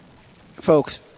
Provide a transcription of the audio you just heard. folks